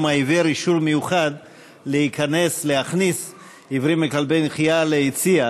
העיוור אישור מיוחד להכניס עיוורים עם כלבי נחייה ליציע.